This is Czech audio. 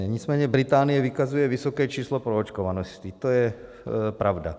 Nicméně Británie vykazuje vysoké číslo proočkovanosti, to je pravda.